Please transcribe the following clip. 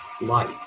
light